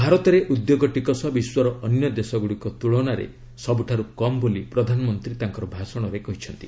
ଭାରତରେ ଉଦ୍ୟୋଗ ଟିକସ ବିଶ୍ୱର ଅନ୍ୟ ଦେଶଗୁଡ଼ିକ ତ୍ରୁନାରେ ସବୁଠୁ କମ୍ ବୋଲି ପ୍ରଧାନମନ୍ତ୍ରୀ ତାଙ୍କର ଭାଷଣରେ କହିଥିଲେ